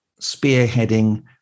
spearheading